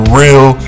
real